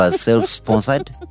self-sponsored